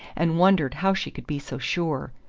and wondered how she could be so sure.